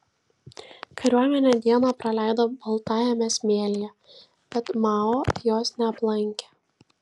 kariuomenė dieną praleido baltajame smėlyje bet mao jos neaplankė